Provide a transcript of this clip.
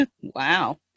Wow